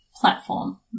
platform